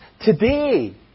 today